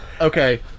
Okay